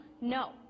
No